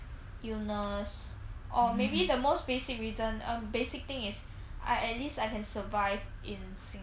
illness or maybe the most basic reason or basic thing is I at least I can survive in singapore